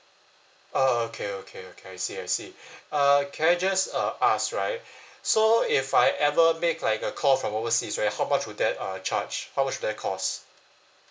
uh okay okay okay I see I see uh can I just uh ask right so if I ever make like a call from overseas how much would that uh charge how much would that cost